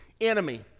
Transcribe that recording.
enemy